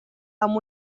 amb